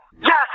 Yes